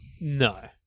No